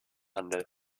handel